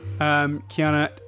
Kiana